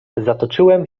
zatoczyłem